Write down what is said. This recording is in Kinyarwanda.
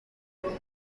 ubu